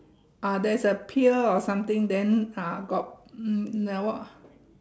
ah there's a pier or something then uh got um um like what